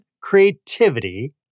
creativity